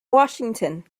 washington